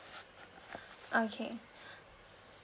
okay